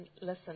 listen